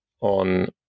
on